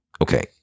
okay